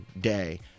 day